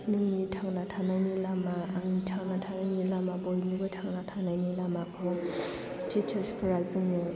नोंनि थांना थानायनि लामा आंनि थांना थानायनि लामा बयनिबो थांना थानायनि लामाखौ टिचार्स फोरा जोंनो